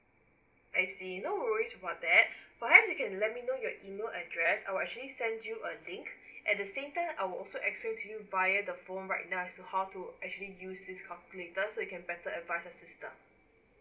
I see no worries about that perhaps you can let me know your email address I'll actually send you a link at the same time I will also explain to you via the phone right now as to how to actually use this calculator so it can better advice assisted